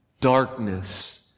darkness